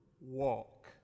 walk